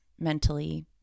mentally